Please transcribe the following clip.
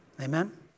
Amen